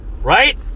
Right